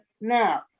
Now